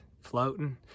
floating